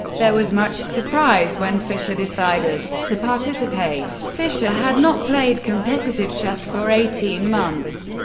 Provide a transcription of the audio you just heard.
there was much surprise when fischer decided to participate fischer had not played competitive chess for eighteen months,